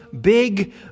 big